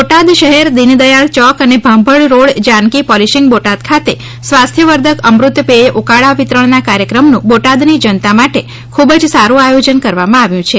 બોટાદ શહેર દીનદયાળ ચોક અને ભાંભણ રોડ જાનકી પોલીશિંગ બોટાદ ખાતે સ્વાસ્થ્ય વર્ધક અમૃત પેય ઉકાળા વિતરણના કાર્યક્રમનું બોટાદની જનતા માટે ખૂબ જ સારૂં આયોજન કરેલ છે